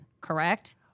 correct